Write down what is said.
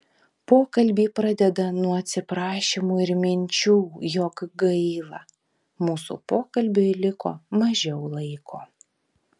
pokalbį pradeda nuo atsiprašymų ir minčių jog gaila mūsų pokalbiui liko mažiau laiko